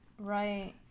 right